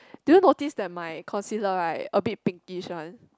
do you notice that my concealer right a bit pinkish one